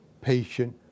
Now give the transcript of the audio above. patient